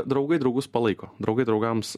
draugai draugus palaiko draugai draugams